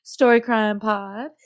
storycrimepod